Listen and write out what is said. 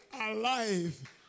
alive